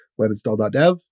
webinstall.dev